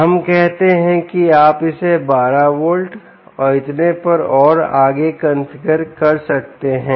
हम कहते हैं कि आप इसे 12 वोल्ट और इतने पर और आगे कॉन्फ़िगर कर सकते हैं